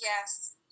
yes